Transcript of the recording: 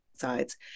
sides